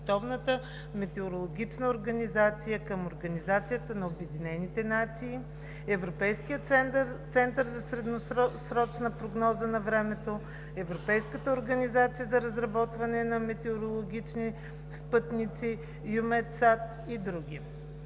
метеорологична организация към Организацията на Обединените нации, Европейския център за средносрочна прогноза на времето, Европейската организация за разработване на метеорологични спътници – „Юметсат“ и други.